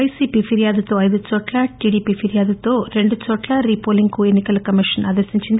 పైసీపీ ఫిర్యాదుతో ఐదు చోట్ల టీడీపీ ఫిర్యాదుతో రెండు చోట్ల రీపోలింగ్ ఎన్నిక సంఘం ఆదేశించింది